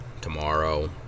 tomorrow